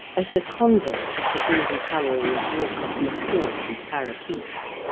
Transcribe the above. as the converse of the gaudy colouring of raucous macaws and parrakeets.